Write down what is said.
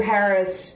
Harris